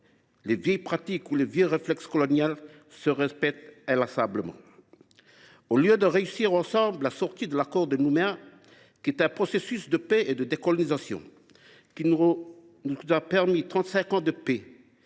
les vieilles pratiques ou l’ancien réflexe colonial se répètent inlassablement. Au lieu de réussir ensemble la sortie de l’accord de Nouméa qui est un processus de concorde et de décolonisation, qui nous aura permis de vivre